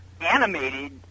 animated